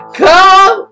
come